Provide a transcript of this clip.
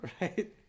right